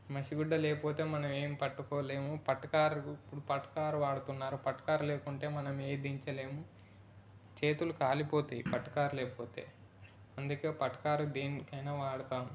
మసి గుడ్డ లేకపోతే మనం ఏం పట్టుకోలేము పట్టకార ఇప్పుడు పట్టకార వాడుతున్నారు పట్టకార లేకుంటే మనం ఏది దించలేము చేతులు కాలిపోతాయి పట్టకార లేకపోతే అందుకే పట్టకార దేనికైనా వాడతాం